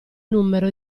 numero